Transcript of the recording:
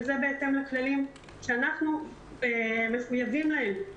וזה בהתאם לכללים שאנחנו מחויבים להם,